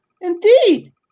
indeed